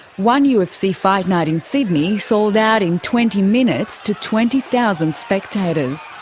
one ufc fight night in sydney sold out in twenty minutes to twenty thousand spectators.